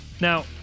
Now